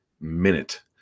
minute